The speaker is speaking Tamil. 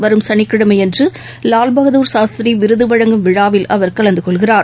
வரும் சனிக்கிழமை அன்று வால் பகதூர் சாஸ்திரி விருது வழங்கும் விழாவில் அவர் கலந்து கொள்கிறார்